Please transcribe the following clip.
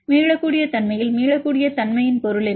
மீளக்கூடிய தன்மையில் மீளக்கூடிய தன்மையின் பொருள் என்ன